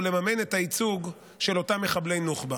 לממן את הייצוג של אותם מחבלי נוח'בה.